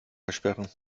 versperren